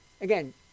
Again